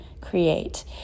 create